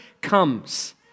comes